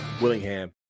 willingham